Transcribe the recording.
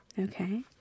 Okay